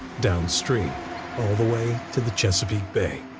downstream all the way to the chesapeake bay.